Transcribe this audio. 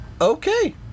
Okay